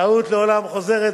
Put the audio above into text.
טעות לעולם חוזרת,